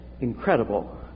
Incredible